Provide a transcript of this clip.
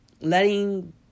letting